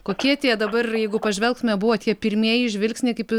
kokie tie dabar jeigu pažvelgtume buvo tie pirmieji žvilgsniai kaip